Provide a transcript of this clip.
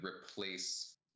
replace